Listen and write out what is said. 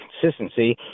consistency